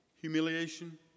humiliation